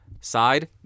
Side